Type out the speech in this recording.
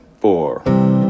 four